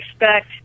expect